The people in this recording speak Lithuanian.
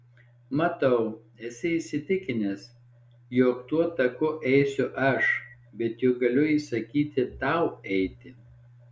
matau esi įsitikinęs jog tuo taku eisiu aš bet juk galiu įsakyti tau eiti